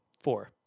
four